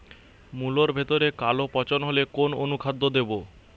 মুলোর ভেতরে কালো পচন হলে কোন অনুখাদ্য দেবো?